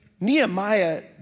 Nehemiah